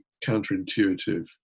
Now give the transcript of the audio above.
counterintuitive